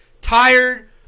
tired